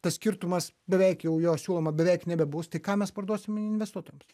tas skirtumas beveik jau jo siūloma beveik nebebus tai ką mes parduosim investuotojams